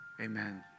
Amen